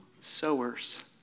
sowers